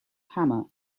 hammer